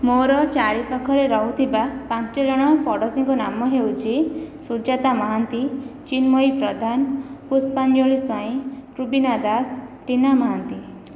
ମୋର ଚାରି ପାଖରେ ରହୁଥିବା ପାଞ୍ଚଜଣ ପଡ଼ୋଶୀଙ୍କ ନାମ ହେଉଛି ସୁଜାତା ମହାନ୍ତି ଚିନ୍ମୟୀ ପ୍ରଧାନ ପୁଷ୍ପାଞ୍ଜଳି ସ୍ଵାଇଁ ରୁବିନା ଦାସ ଟିନା ମହାନ୍ତି